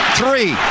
three